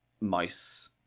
mouse